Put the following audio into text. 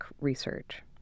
research